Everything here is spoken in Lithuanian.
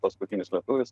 paskutinis lietuvis